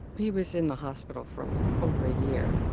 he was in the hospital for over a year.